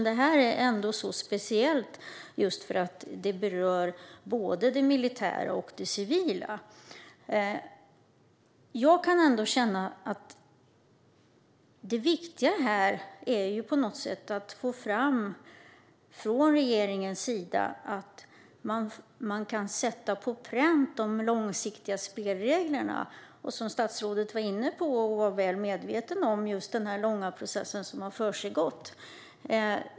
Det här är dock speciellt, just för att det berör både det militära och det civila. Jag känner därför att det viktiga här är att regeringen får fram och sätter de långsiktiga spelreglerna på pränt. Statsrådet var ju inne på och var väl medveten om den långa process som har försiggått.